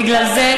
בגלל זה,